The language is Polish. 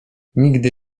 nigdy